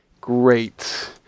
Great